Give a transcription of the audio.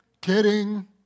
Kidding